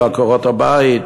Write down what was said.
בעקרות-הבית,